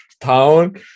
town